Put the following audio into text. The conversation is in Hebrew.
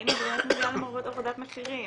האם היא באמת מביאה להורדת מחירים,